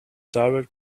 direct